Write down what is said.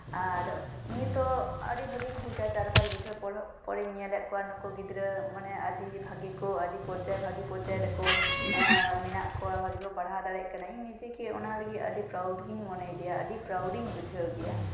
ᱟᱨ ᱱᱤᱛᱚᱜ ᱟᱹᱰᱤ ᱵᱷᱟᱜᱤᱧ ᱵᱩᱡᱟ ᱪᱟᱨ ᱯᱟᱸᱪ ᱵᱚᱪᱷᱚᱨ ᱯᱚᱨᱮᱧ ᱧᱮᱞ ᱮᱫ ᱠᱚᱣᱟ ᱱᱩᱠᱩ ᱜᱤᱫᱽᱨᱟᱹ ᱢᱟᱱᱮ ᱟᱹᱰᱤ ᱵᱷᱟᱜᱮ ᱠᱚ ᱟᱹᱰᱤ ᱯᱚᱨᱡᱟᱭ ᱵᱷᱟᱹᱜᱤ ᱯᱚᱨᱡᱟᱭ ᱨᱮᱠᱚ ᱮᱸᱜ ᱢᱮᱱᱟᱜ ᱠᱚᱣᱟ ᱵᱷᱟᱹᱜᱤ ᱠᱚ ᱯᱟᱲᱦᱟᱣ ᱫᱟᱲᱮᱭᱟᱜ ᱠᱟᱱᱟ ᱤᱧ ᱱᱤᱡᱮᱠᱮ ᱚᱱᱟ ᱞᱟᱹᱜᱤᱫ ᱟᱹᱰᱤ ᱯᱨᱟᱣᱩᱰᱜᱤᱧ ᱢᱚᱱᱮ ᱜᱮᱭᱟ ᱟᱹᱰᱤ ᱯᱨᱟᱣᱩᱰ ᱤᱧ ᱵᱩᱡᱷᱟᱹᱣ ᱜᱮᱭᱟ